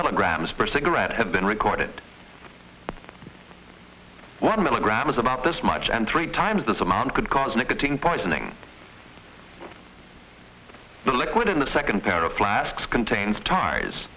milligrams per cigarette have been recorded one milligram is about this much and three times this amount could cause nicotine poisoning the liquid in the second pair of flasks contains tires